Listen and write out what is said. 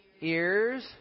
Ears